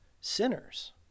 sinners